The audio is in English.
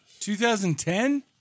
2010